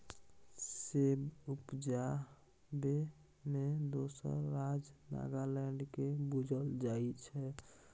सेब उपजाबै मे दोसर राज्य नागालैंड केँ बुझल जाइ छै